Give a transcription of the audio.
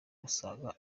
usanga